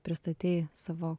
pristatei savo